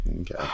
Okay